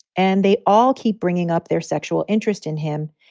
and they all keep bringing up their sexual interest in him,